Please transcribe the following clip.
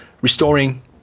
Restoring